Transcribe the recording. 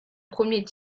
premier